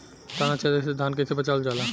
ताना छेदक से धान के कइसे बचावल जाला?